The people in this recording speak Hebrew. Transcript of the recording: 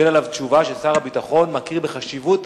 וקיבל עליו תשובה ששר הביטחון מכיר בחשיבות